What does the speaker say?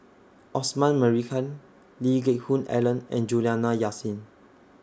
Osman Merican Lee Geck Hoon Ellen and Juliana Yasin